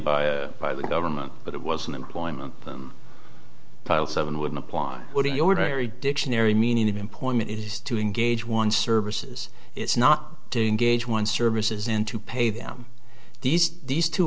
by by the government but it was an employment them pile seven would apply what are you ordinary dictionary meaning of employment is to engage one services it's not to engage one's services and to pay them these these two